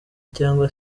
cyangwa